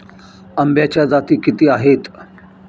आंब्याच्या जाती किती आहेत?